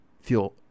feel